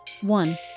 One